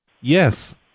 Yes